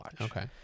Okay